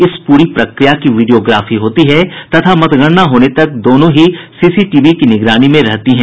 इस पूरी प्रक्रिया की वीडियोग्राफी होती है तथा मतगणना होने तक दोनों ही सी सी टी वी की निगरानी में रहती हैं